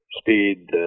speed